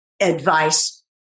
advice